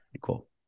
cool